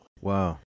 Wow